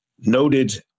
noted